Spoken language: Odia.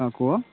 ହଁ କୁହ